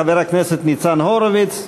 חברי הכנסת ניצן הורוביץ,